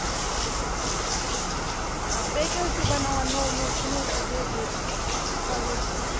اہَن حظ ٹھیٖک آ بیٚیہِ کیٛاہ حظ چھِو بَناون نوٚو نوٚو چھُنہٕ حظ تُہۍ بیٚیہِ بیٚیہِ اَز حظ چھِ